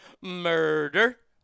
Murder